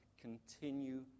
continue